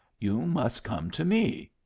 you must come to me.